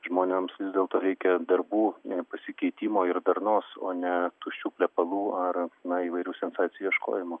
žmonėms vis dėlto reikia darbų ne pasikeitimo ir darnos o ne tuščių plepalų ar na įvairių sensacijų ieškojimo